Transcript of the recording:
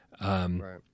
Right